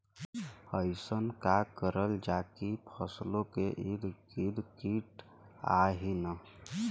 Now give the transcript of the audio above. अइसन का करल जाकि फसलों के ईद गिर्द कीट आएं ही न?